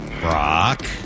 Brock